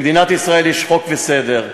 במדינת ישראל יש חוק וסדר,